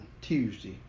tuesday